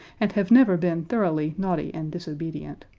and have never been thoroughly naughty and disobedient.